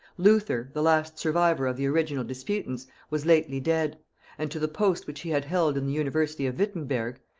luther, the last survivor of the original disputants, was lately dead and to the post which he had held in the university of wittemberg,